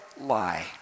lie